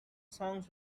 songs